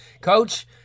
Coach